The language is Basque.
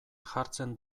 jartzen